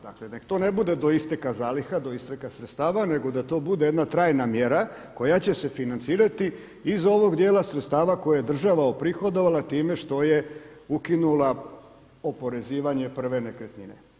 Dakle neka to ne bude do isteka zaliha, do isteka sredstava nego da to bude jedna trajna mjera koja će se financirati iz ovog dijela sredstava koje je država uprihodovala time što je ukinula oporezivanje prve nekretnine.